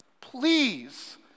please